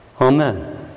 Amen